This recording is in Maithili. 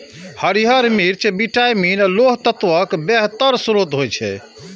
हरियर मिर्च विटामिन, लौह तत्वक बेहतर स्रोत होइ छै